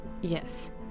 Yes